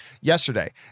yesterday